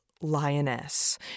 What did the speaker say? Lioness